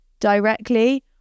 directly